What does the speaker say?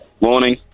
Morning